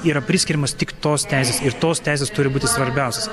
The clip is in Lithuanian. yra priskiriamos tik tos teisės ir tos teisės turi būti svarbiausios